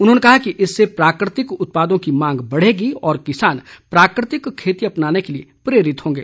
उन्होंने कहा कि इससे प्राकृतिक उत्पादों के मांग बढ़ेगी और किसान प्राकृतिक खेती अपनाने के लिए प्रेरित होंगे